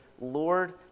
Lord